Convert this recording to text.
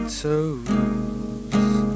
toes